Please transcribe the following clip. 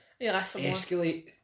escalate